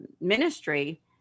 ministry